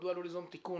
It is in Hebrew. מדוע לא ליזום תיקון?